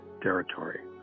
territory